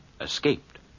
escaped